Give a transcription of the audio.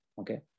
Okay